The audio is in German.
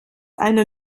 einer